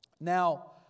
Now